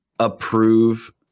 approve